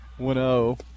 1-0